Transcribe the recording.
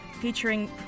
featuring